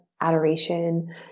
adoration